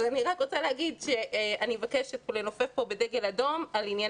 אני רק רוצה לנופף כאן בדגל אדום לגבי